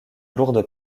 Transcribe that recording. lourdes